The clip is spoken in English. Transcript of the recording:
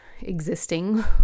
existing